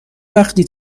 وقتی